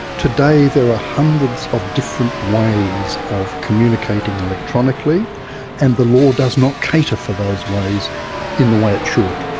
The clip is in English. today there are hundreds of different ways of communicating electronically and the law does not cater for those ways in the way it should.